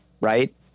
right